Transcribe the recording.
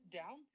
down